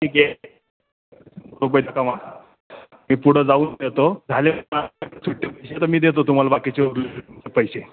ठीक आहे मी पुढं जाऊन येतो झालेच ना सुटे पैसे तर मी देतो तुम्हाला बाकीचे उरलेले तुमचे पैसे